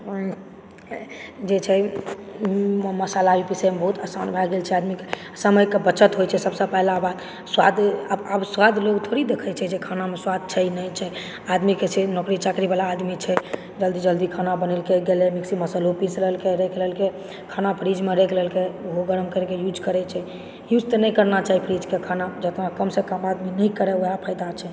जे छै मसाला भी पिसयमे बहुत आसान भए गेल छै आदमीके समय के बचत होइ छै सबसँ पहला बात स्वाद आब स्वाद लोग थोड़ी देखै छै जे खानामे स्वाद छै नइ छै आदमीके छै नौकरी चाकरी वाला आदमी छै जल्दी जल्दी खाना बनेलकय मिक्सी मसालों पीस लेलकय राइख देलकय खाना फ्रीजमे राइख लेलकय ओहो गरम करिकऽयुज करइ छै युज ऽनइ करना चाही फ्रीजकऽखाना जते कम से कम आदमी नइ करय वैह फायदा छै